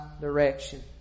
direction